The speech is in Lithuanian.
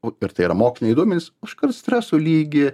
o ir tai yra moksliniai duomenys už karts streso lygį